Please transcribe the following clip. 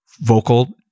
vocal